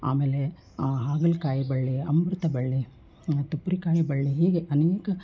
ಆಮೇಲೆ ಹಾಗಲಕಾಯಿ ಬಳ್ಳಿ ಅಮೃತ ಬಳ್ಳಿ ತುಪ್ಪ ಹೀರೇಕಾಯಿ ಬಳ್ಳಿ ಹೀಗೆ ಅನೇಕ